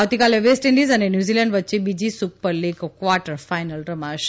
આવતીકાલે West Indies અને New Zealand વચ્ચે બીજી સુપરલીગ ક્વાર્ટર ફાઇનલ રમાશે